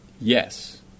yes